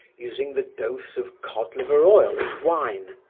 using the dose of cod liver oil and wine,